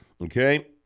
Okay